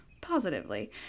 positively